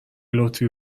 لطفی